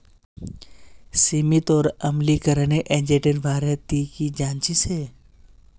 सीमित और अम्लीकरण एजेंटेर बारे ती की जानछीस हैय